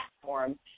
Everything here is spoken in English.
platform